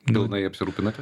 pilnai apsirūpinate